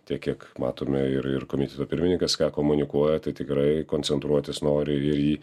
tiek kiek matome ir ir komiteto pirmininkas ką komunikuoja tai tikrai koncentruotis nori ir į